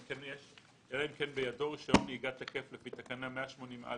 אם כן בידו רישיון נהיגה תקף לפי תקנה 183א,